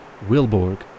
Wilborg